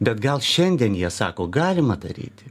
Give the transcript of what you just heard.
bet gal šiandien jie sako galima daryti